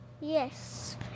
Yes